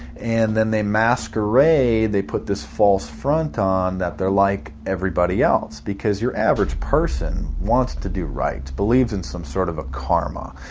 and then they masquerade, they put this false front on that they're like. everybody else because your average person wants to do right, believes in some sort of a karma,